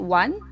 one